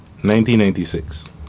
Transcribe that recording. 1996